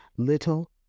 Little